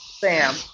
Sam